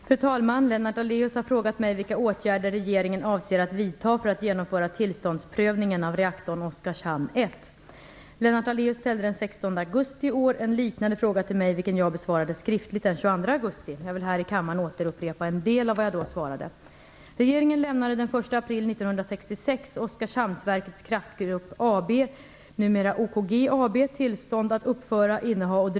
Fru talman! Lennart Daléus har frågat mig vilka åtgärder regeringen avser att vidta för att genomföra tillståndsprövningen av reaktorn Oskarshamn 1. Lennart Daléus ställde den 16 augusti i år en liknande fråga till mig, vilken jag besvarade skriftligt den 22 augusti. Jag vill här i kammaren återupprepa en del av vad jag då svarade.